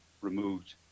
removed